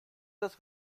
das